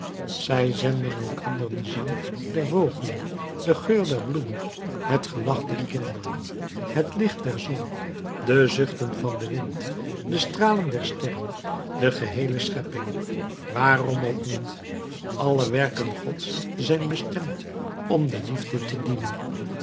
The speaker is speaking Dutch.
zij zenden elkander den zang der vogelen den geur der bloemen het gelach der kinderen het licht der zon de zuchten van den wind de stralen der sterren de geheele schepping waarom ook niet alle werken gods zijn bestemd om de liefde te dienen